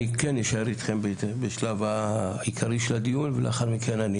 אני כן אישאר איתכם בשלב העיקרי של הדיון ולאחר מכן,